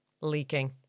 Leaking